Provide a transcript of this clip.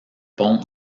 pont